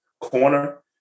corner